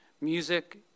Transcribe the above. music